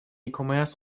commerce